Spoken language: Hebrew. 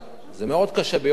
זה מאוד קשה ביום אחד,